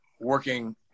working